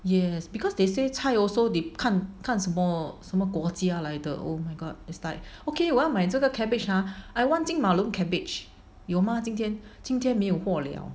yes because they say 菜 also they 看看什么什么国家来的 oh my god it's like okay 我要买这个 cabbage !huh! I want 金马论 cabbage 有吗今天今天没有货了